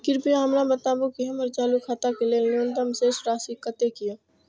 कृपया हमरा बताबू कि हमर चालू खाता के लेल न्यूनतम शेष राशि कतेक या